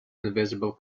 invisible